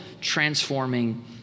transforming